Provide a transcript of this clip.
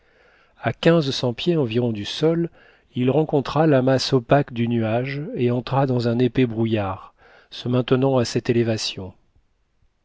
quinze cents pieds environ du sol il rencontra la masse opaque du nuage et entra dans un épais brouillard se maintenant à cette élévation